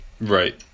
Right